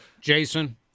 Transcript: Jason